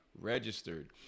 registered